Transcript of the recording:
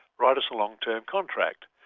write us a long-term contract.